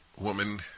woman